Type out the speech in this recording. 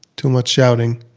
too much shouting.